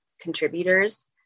contributors